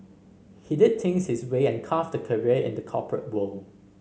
he did things his way and carved a career in the corporate world